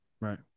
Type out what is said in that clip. Right